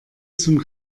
zum